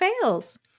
fails